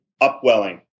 upwelling